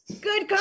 good